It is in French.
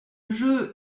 jeu